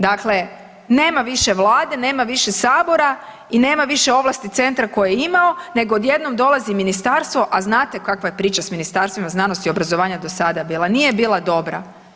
Dakle, nema više Vlade, nema više Sabora i nema više ovlasti centra koje je imao nego odjednom dolazi ministarstvo a znate kakva je priča sa Ministarstvom znanosti i obrazovanja do sad bila, nije bila dobra.